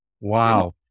Wow